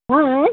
ହଁ